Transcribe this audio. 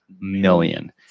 million